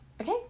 Okay